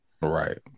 Right